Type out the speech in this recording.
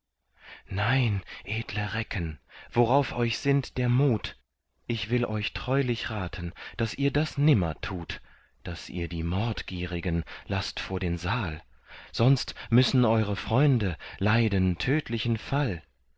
nein edle recken worauf euch sinnt der mut ich will euch treulich raten daß ihr das nimmer tut daß ihr die mordgierigen laßt vor den saal sonst müssen eure freunde leiden tödlichen fall